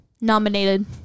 nominated